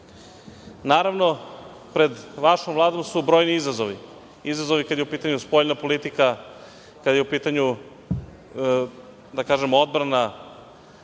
Srbije. Naravno, pred vašom Vladom su brojni izazovi, izazovi kada je u pitanju spoljna politika, kada je u pitanju, da kažemo, odbrana